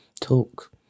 talk